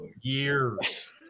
years